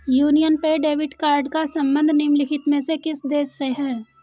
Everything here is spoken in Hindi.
यूनियन पे डेबिट कार्ड का संबंध निम्नलिखित में से किस देश से है?